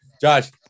josh